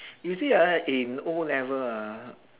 you see ah in O-level ah